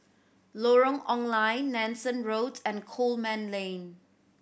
Lorong Ong Lye Nanson Road and Coleman Lane